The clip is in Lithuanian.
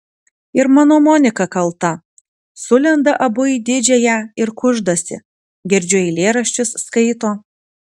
ir mano monika kalta sulenda abu į didžiąją ir kuždasi girdžiu eilėraščius skaito